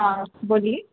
हँ बोलिए